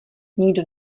nikdo